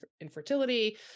infertility